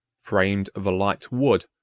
framed of a light wood,